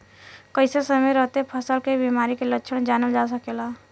कइसे समय रहते फसल में बिमारी के लक्षण जानल जा सकेला?